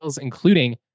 including